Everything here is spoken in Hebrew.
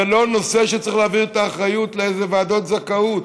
זה לא נושא שצריך להעביר את האחריות לו לוועדות זכאות.